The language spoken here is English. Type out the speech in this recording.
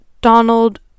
Donald